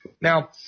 Now